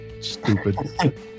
stupid